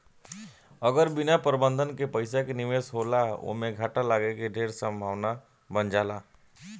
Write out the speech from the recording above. अगर बिना प्रबंधन के पइसा के निवेश होला ओमें घाटा लागे के ढेर संभावना बन जाला